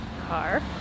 car